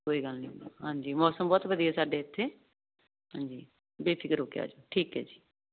ਕੋਈ ਗੱਲ ਨਹੀਂ ਹਾਂਜੀ ਮੌਸਮ ਬਹੁਤ ਵਧੀਆ ਸਾਡੇ ਇਥੇ ਹਾਂਜੀ ਬੇਨਤੀ ਕਰੋ ਕਿ ਅੱਜ ਠੀਕ ਹੈ ਜੀ